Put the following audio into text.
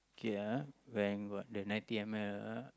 okay ah when got the ninety M_L ah